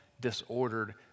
disordered